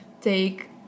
take